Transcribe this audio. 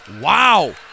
wow